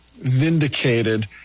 vindicated